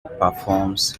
performs